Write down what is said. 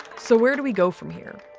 so where do we go from here?